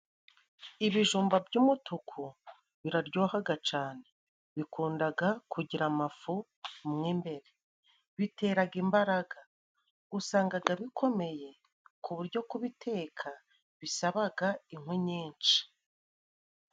Ibijumba by'umutuku biraryohaga cane, bikundaga kugira amafu mo imbere, biteraga imbaraga. Usangaga bikomeye, ku bujyo kubiteka bisabaga inkwi nyinshi.